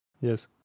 Yes